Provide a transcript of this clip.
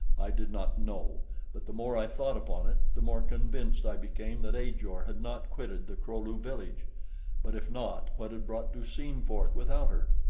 i did not know but the more i thought upon it, the more convinced i became that ajor had not quitted the kro-lu village but if not, what had brought du-seen forth without her?